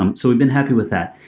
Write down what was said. um so we've been happy with that.